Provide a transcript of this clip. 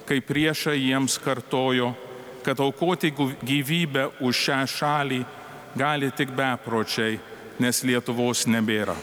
kai priešai jiems kartojo kad aukoti gyvybę už šią šalį gali tik bepročiai nes lietuvos nebėra